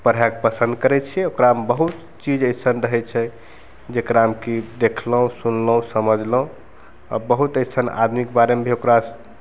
पढ़यके पसन्द करय छियै ओकरामे बहुत चीज अइसन रहय छै जकरामे कि देखलहुँ सुनलहुँ समझलहुँ आओर बहुत अइसन आदमीकेे बारेमे भी ओकरासँ